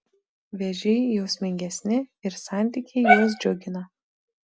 vėžiai jausmingesni ir santykiai juos džiugina